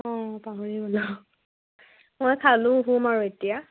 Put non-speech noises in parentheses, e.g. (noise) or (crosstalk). অঁ পাহৰি (unintelligible) মই খালো শুম আৰু এতিয়া